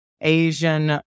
Asian